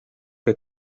que